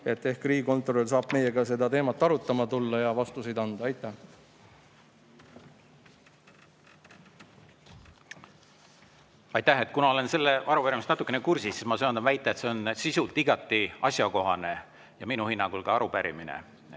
et riigikontrolör saab meiega seda teemat arutama tulla ja vastuseid anda. Aitäh! Aitäh! Kuna ma olen selle arupärimisega natukene kursis, siis ma söandan väita, et see on sisult igati asjakohane arupärimine.